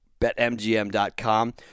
betmgm.com